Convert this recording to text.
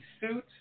suit